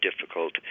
difficult